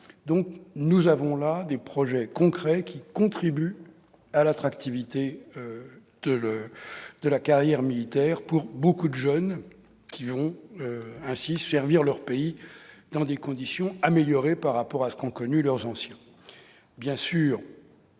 Ce sont des projets concrets, qui contribuent à l'attractivité de la carrière militaire pour les jeunes, qui vont ainsi servir leur pays dans des conditions améliorées par rapport à ce qu'ont connu leurs aînés.